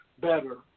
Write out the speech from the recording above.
better